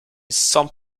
some